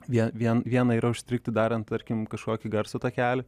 vien vien viena yra užstrigti darant tarkim kažkokį garso takelį